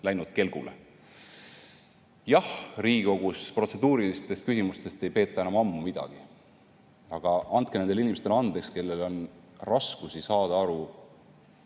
läinud kelgule. Jah, Riigikogus protseduurilistest küsimustest ei peeta enam ammu midagi. Aga andke nendele inimestele andeks, kellel on raskusi saada aru